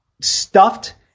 stuffed